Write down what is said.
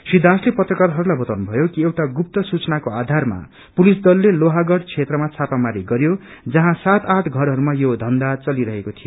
श्री दासले पत्रकारहरूलाई बताउनु भयो कि एउटा गुप्त सूचनाको आधारमा पुलिस दलले लोाहागढ़ क्षेत्रमा छापामारी गर्यो जहाँ सात आठ घरहरूमा यो धन्धा चलिरहेको थियो